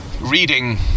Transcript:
reading